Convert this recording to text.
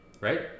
right